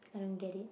I don't get it